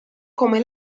come